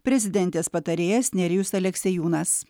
prezidentės patarėjas nerijus aleksiejūnas